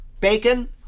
bacon